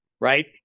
right